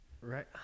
Right